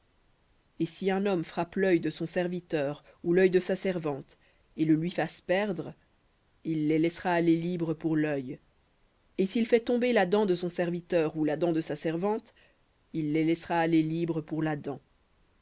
et si un homme frappe l'œil de son serviteur ou l'œil de sa servante et le lui fasse perdre il les laissera aller libres pour lœil et s'il fait tomber la dent de son serviteur ou la dent de sa servante il les laissera aller libres pour la dent